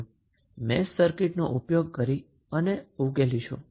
આપણે મેશ એનાલીસીસનો ઉપયોગ કરીને સર્કિટને ઉકેલીશું